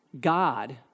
God